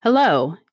Hello